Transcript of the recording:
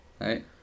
right